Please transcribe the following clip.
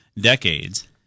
decades